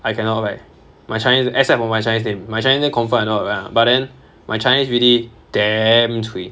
I cannot write my chinese except for my chinese name my chinese name confirm I know how to write [one] but then my chinese really damn cui